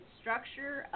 structure